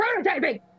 prototyping